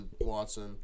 Watson –